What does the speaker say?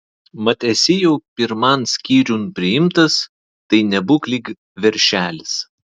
mat esi jau pirman skyriun priimtas tai nebūk lyg veršelis